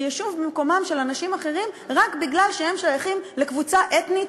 ויישוב אנשים אחרים במקומם רק משום שהם שייכים לקבוצה אתנית,